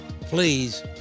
please